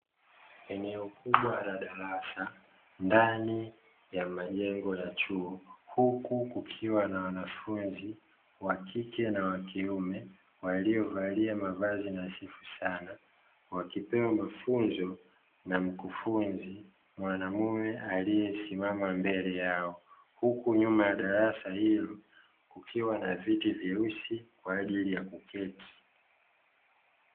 Eneo kubwa la darasa, ndani ya majengo ya chuo, huku kukiwa na wanafunzi wa kike na wa kiume walio vaa mavazi mazuri sana, wakiendelea na mkufunzi mwanaume aliyesimama mbele yao, huku nyuma ya darasa hilo kukiwa na viti vyeusi kwa ajili ya kuketi.